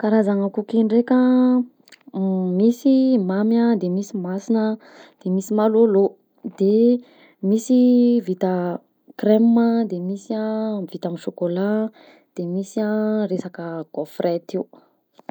Karazagna cookie ndraika, misy mamy a de misy masina de misy marôlô, de misy vita crema de misy a vita amy chocolat, de misy a resaky gauffrette io.